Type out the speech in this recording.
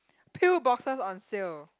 pill boxes on sale